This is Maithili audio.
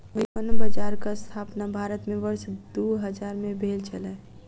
व्युत्पन्न बजारक स्थापना भारत में वर्ष दू हजार में भेल छलै